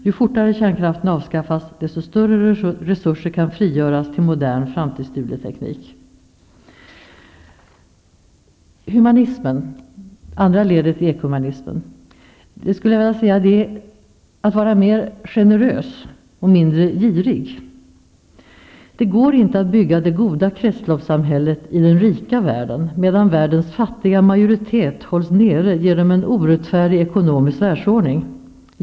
Ju fortare kärnkraften avskaffas, desto större resurser kan frigöras till modern, framtidsduglig teknik. Om humanismen -- det andra ledet i begreppet ekohumanismen -- skulle jag vilja säga: Vi skall vara mera generösa och mindre giriga. Det går inte att bygga det goda kretsloppssamhället i den rika världen, medan världens fattiga majoritet hålls nere genom en orättfärdig ekonomisk världsordning.